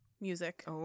music